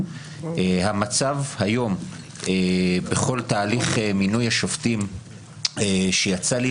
המצב היום בכל תהליך מינוי השופטים שיצא לי